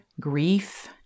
grief